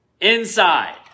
inside